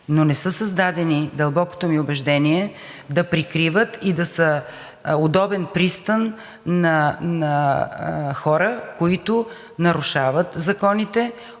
но не са създадени и дълбокото ми убеждение е да прикриват и да са удобен пристан на хора, които нарушават законите,